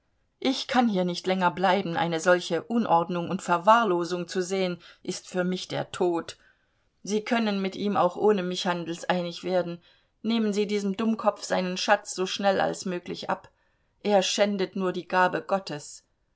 ich kann hier nicht länger bleiben eine solche unordnung und verwahrlosung zu sehen ist für mich der tod sie können mit ihm auch ohne mich handelseinig werden nehmen sie diesem dummkopf seinen schatz so schnell als möglich ab er schändet nur die gabe gottes